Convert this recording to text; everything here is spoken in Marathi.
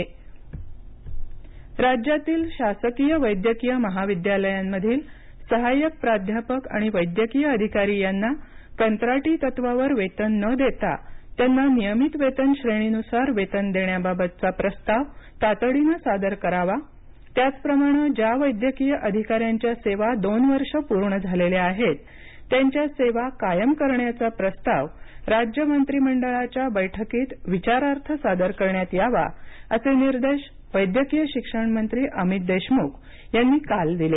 वैद्यकीय शिक्षक राज्यातील शासकीय वैद्यकीय महाविद्यालयांमधील सहाय्यक प्राध्यापक आणि वैद्यकीय अधिकारी यांना कंत्राटी तत्वावर वेतन न देता त्यांना नियमित वेतन श्रेणी नुसार वेतन देण्याबाबतचा प्रस्ताव तातडीनं सादर करावा त्याचप्रमाणे ज्या वैद्यकीय अधिकाऱ्यांच्या सेवा दोन वर्षे पूर्ण झालेल्या आहेत त्यांच्या सेवा कायम करण्याचा प्रस्ताव राज्य मंत्रिमंडळाच्या बैठकीत विचारार्थ सादर करण्यात यावा असे निर्देश वैद्यकीय शिक्षण मंत्री अमित देशमुख यांनी काल दिले